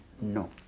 No